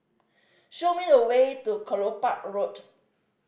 show me the way to Kelopak Road